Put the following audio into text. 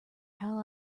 how